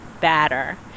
batter